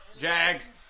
Jags